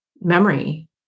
Memory